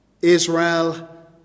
Israel